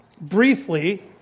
briefly